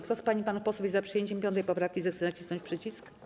Kto z pań i panów posłów jest za przyjęciem 5. poprawki, zechce nacisnąć przycisk.